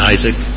Isaac